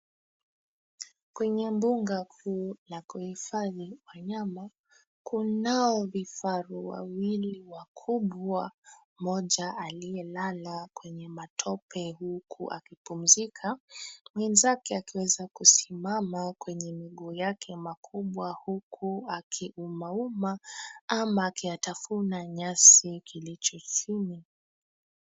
Kwenye mbuga kuu la kuhifadhi wanyama, kunao vifaru wawili wakubwa, mmoja aliyelala kwenye matope huku akipumzika, mwenzake akiweza kusimama kwenye miguu yake makubwa huku akiumauma ama akiyatafuna nyasi kilicho chini.